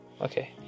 Okay